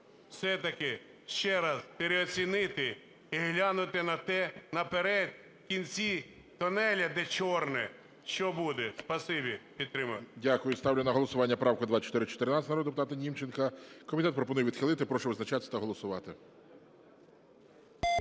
все-таки ще раз переоцінити і глянути на те, наперед, в кінці тунелю, де чорне, що буде. Спасибі. Підтримую. ГОЛОВУЮЧИЙ. Дякую. Ставлю на голосування правку 2414 народного депутата Німченка. Комітет пропонує відхилити. Прошу визначатись та голосувати.